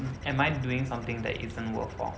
am I doing something that isn't worthwhile